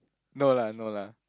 no lah no lah